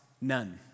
none